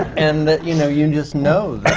and you know, you just know